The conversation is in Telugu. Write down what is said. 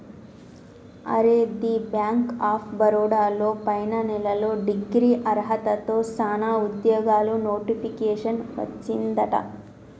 అరే ది బ్యాంక్ ఆఫ్ బరోడా లో పైన నెలలో డిగ్రీ అర్హతతో సానా ఉద్యోగాలు నోటిఫికేషన్ వచ్చిందట